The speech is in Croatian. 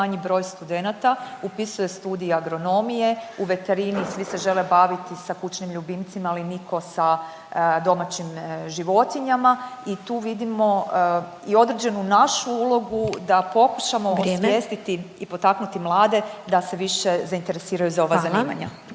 manji broj studenata upisuje studij agronomije, u veterini svi se žele baviti sa kućnim ljubimcima, ali niko sa domaćim životinjama i tu vidimo i određenu našu ulogu da pokušamo osvijestiti …/Upadica Glasovac: Vrijeme./… i potaknuti mlade da se više zainteresiraju za ova zanimanja.